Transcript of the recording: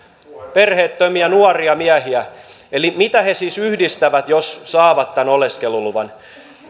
perheettömiä nuoria miehiä eli mitä he siis yhdistävät jos saavat tämän oleskeluluvan